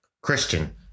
christian